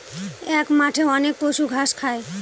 এক মাঠে অনেক পশু ঘাস খায়